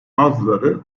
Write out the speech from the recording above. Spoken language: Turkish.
bazıları